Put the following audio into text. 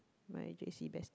my j_c bestie